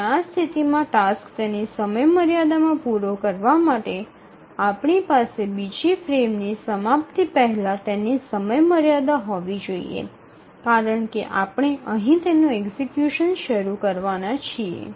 અને આ સ્થિતિમાં ટાસ્ક તેની સમયમર્યાદામાં પૂરો કરવા માટે આપણી પાસે બીજી ફ્રેમની સમાપ્તિ પહેલા તેની સમયમર્યાદા હોવી જોઈએ કારણ કે આપણે અહીં તેનું એક્ઝિકયુશન શરૂ કરવાના છીએ